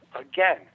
again